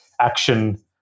action